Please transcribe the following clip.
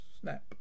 snap